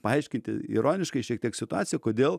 paaiškinti ironiškai šiek tiek situaciją kodėl